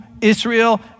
Israel